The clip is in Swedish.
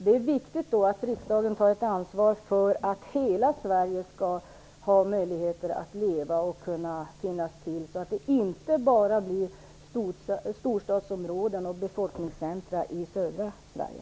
Det är viktigt att riksdagen tar ett ansvar för att hela Sverige skall ha möjligheter att leva och finnas till och inte bara storstadsområden och befolkningscentrum i södra Sverige.